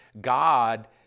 God